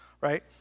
right